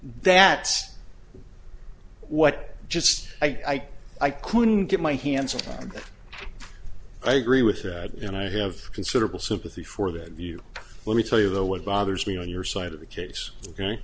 that what just i i couldn't get my hands on i agree with you and i have considerable sympathy for that view let me tell you though what bothers me on your side of the case